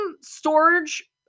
storage